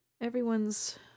Everyone's